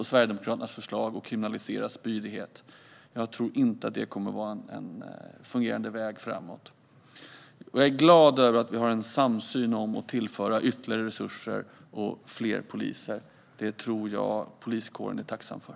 på Sverigedemokraternas förslag om att kriminalisera spydighet. Jag tror inte att det kommer att vara en fungerande väg framåt. Jag är glad över att vi har en samsyn om att tillföra ytterligare resurser och fler poliser. Det tror jag att poliskåren är tacksam för.